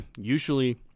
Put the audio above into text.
usually